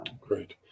Great